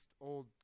old